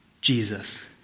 Jesus